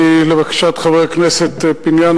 לבקשת חבר הכנסת פיניאן,